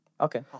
Okay